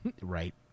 right